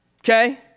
okay